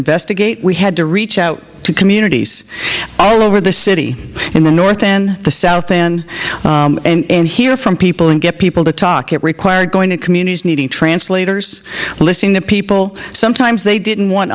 investigate we had to reach out to communities all over the city and the north and the south then and hear from people and get people to talk it required going to communities needing translators listening the people sometimes they didn't want